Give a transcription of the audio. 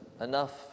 enough